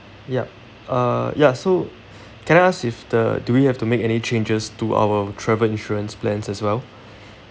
yup uh ya so can I ask if the do we have to make any changes to our travel insurance plans as well